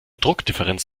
druckdifferenz